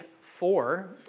four